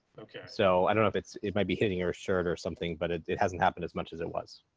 okay. so i don't know if it's, it might be hitting a shirt or something, but it it hasn't happened as much as it was.